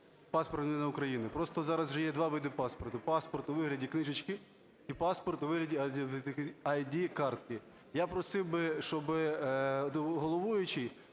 паспорт громадянина України. Просто зараз вже є два види паспорту: паспорт у вигляді книжечки і паспорт у вигляді ID-картки. Я просив би, щоб головуючий